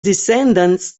descendants